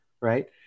right